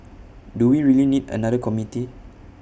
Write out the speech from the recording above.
do we really need another committee